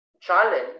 challenge